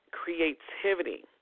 creativity